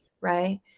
right